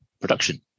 production